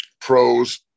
pros